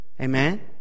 Amen